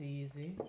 easy